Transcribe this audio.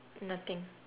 nothing